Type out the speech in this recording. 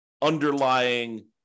underlying